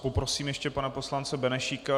Poprosím ještě pana poslance Benešíka.